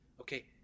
okay